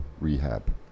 rehab